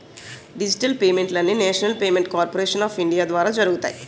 digital పేమెంట్లు అన్నీనేషనల్ payment corporation of India ద్వారా జరుగుతాయి